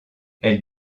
elle